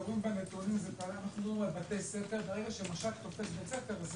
--- ברגע שמש"ק תופס בית ספר,